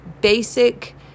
basic